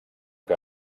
que